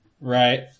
Right